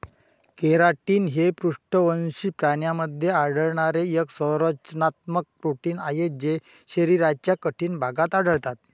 keratin हे पृष्ठवंशी प्राण्यांमध्ये आढळणारे एक संरचनात्मक प्रोटीन आहे जे शरीराच्या कठीण भागात आढळतात